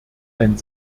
ein